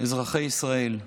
אזרחי ישראל,